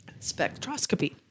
Spectroscopy